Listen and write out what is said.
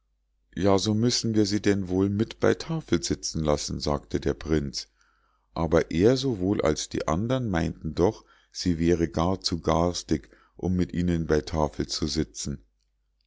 ja so müssen wir sie denn wohl mit bei tafel sitzen lassen sagte der prinz aber er sowohl als die andern meinten doch sie wäre gar zu garstig um mit ihnen bei tafel zu sitzen